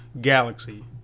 Galaxy